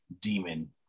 demon